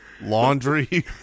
laundry